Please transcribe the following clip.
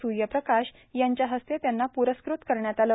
सूर्यप्रकाश यांच्या हस्ते त्यांना पुरस्कृत करण्यात आलं